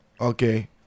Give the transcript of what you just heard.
okay